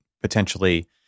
potentially